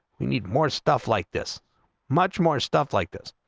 need more stuff like this much more stuff like this